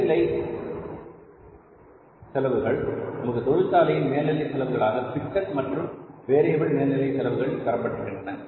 மேல்நிலை செலவுகள் நமக்கு தொழிற்சாலையின் மேல்நிலை செலவுகளாக பிக்ஸட் மற்றும் வேரியபில் மேல்நிலை செலவுகள் தரப்பட்டிருக்கின்றன